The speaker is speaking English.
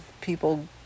people